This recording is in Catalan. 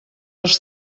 els